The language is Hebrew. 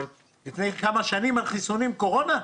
לפני כמה שנים על חיסוני קורונה?